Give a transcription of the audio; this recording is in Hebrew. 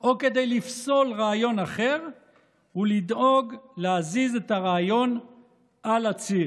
או כדי לפסול רעיון אחר הוא לדאוג להזיז את הרעיון על הציר.